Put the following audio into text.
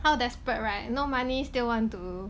how desperate right no money still want to